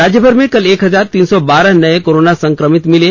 राज्यभर में कल एक हजार तीन सौ बारह नए कोरोना संक्रमित मिले